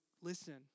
Listen